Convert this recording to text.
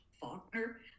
Faulkner